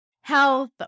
health